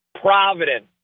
Providence